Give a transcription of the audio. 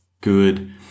good